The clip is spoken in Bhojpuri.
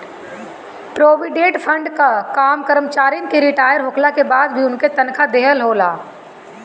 प्रोविडेट फंड कअ काम करमचारिन के रिटायर होखला के बाद भी उनके तनखा देहल हवे